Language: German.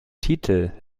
titel